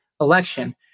election